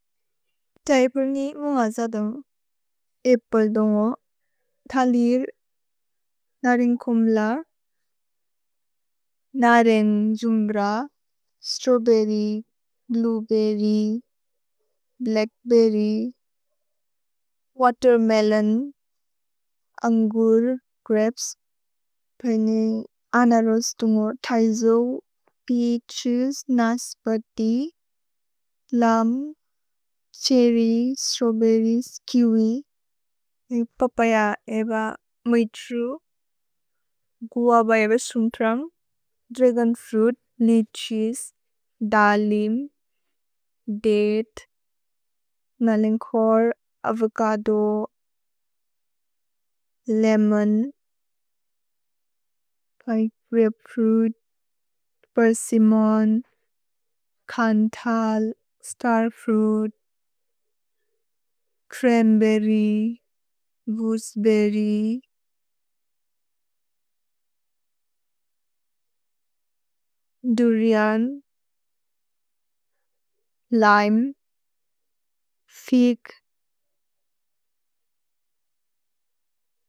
तैपुर्नि मुन्ग क्स दुन्ग्। एपल् दुन्गो। थलिर्। नरिन् खुम्ल। नरिन् जुम्र। स्त्रव्बेर्र्य्। भ्लुएबेर्र्य्। भ्लच्क्बेर्र्य्। वतेर्मेलोन्। अन्गुर्। ग्रपेस्। भेने अनरोस् दुन्गो थैसो। पेअछेस्। नस्पति। लम्। छ्हेर्र्य्। स्त्रव्बेर्रिएस्। किवि। पपय। मैत्रु। गुअ। सुन्त्रम्। Dragon fruit. ल्य्छीस्। दर्लिम्। दते। नलिन्खोर्। अवोचदो। लेमोन्। ग्रपेफ्रुइत्। पेर्सिम्मोन्। खन्धल्। स्तर्फ्रुइत्। छ्रन्बेर्र्य्। वूस्बेर्र्य्। दुरिअन्। लिमे। फिग्।